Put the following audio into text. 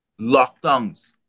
lockdowns